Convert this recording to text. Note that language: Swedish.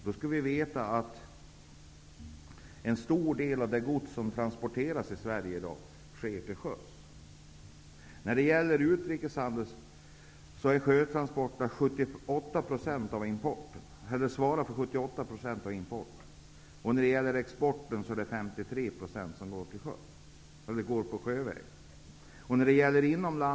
Vi skall då veta att en stor del av godstransporterna i Sverige i dag sker till sjöss. När det gäller utrikeshandel svarar sjötransporterna för 78 % av importen. När det gäller exporten är det sjötransport.